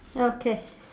okay